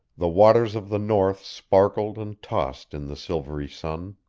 the waters of the north sparkled and tossed in the silvery sun.